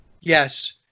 yes